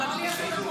פעם שלישית.